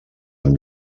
amb